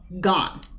gone